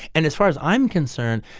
and as far as i'm concerned,